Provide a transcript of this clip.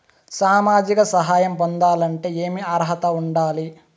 సామాజిక సహాయం పొందాలంటే ఏమి అర్హత ఉండాలి?